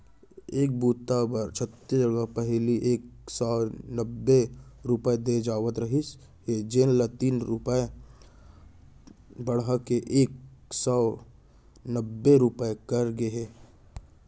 ए बूता बर छत्तीसगढ़ म पहिली एक सव नब्बे रूपिया दे जावत रहिस हे जेन ल तीन रूपिया बड़हा के एक सव त्रान्बे रूपिया करे गे हे